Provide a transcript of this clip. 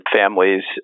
families